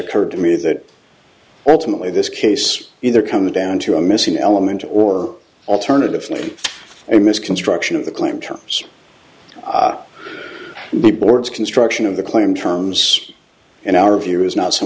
occurred to me that ultimately this case either comes down to a missing element or alternatively i mis construction of the claim terms of the board's construction of the claim terms and our view is not so